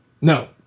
No